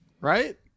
Right